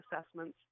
assessments